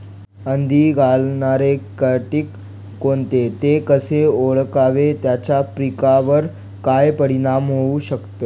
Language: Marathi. अंडी घालणारे किटक कोणते, ते कसे ओळखावे त्याचा पिकावर काय परिणाम होऊ शकतो?